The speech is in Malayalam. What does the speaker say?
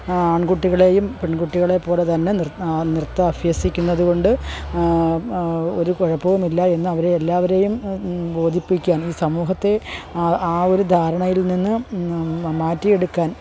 ആൺകുട്ടികളേയും പെൺകുട്ടികളെപ്പോലെ തന്നെ നൃത്തം അഭ്യസിക്കുന്നതുകൊണ്ട് ഒരു കുഴപ്പവുമില്ല എന്ന് അവരെ എല്ലാവരെയും ബോധിപ്പിക്കാൻ ഈ സമൂഹത്തെ ആ ആ ഒരു ധാരണയിൽ നിന്ന് മാറ്റിയെടുക്കാൻ